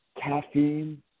caffeine